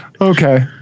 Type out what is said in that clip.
Okay